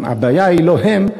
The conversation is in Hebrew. הבעיה היא לא הם.